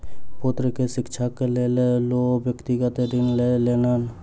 पुत्र के शिक्षाक लेल ओ व्यक्तिगत ऋण लय लेलैन